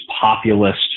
populist